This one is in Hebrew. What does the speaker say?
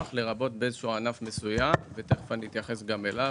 לרבות באיזשהו ענף מסוים ותכף אני אתייחס גם לזה.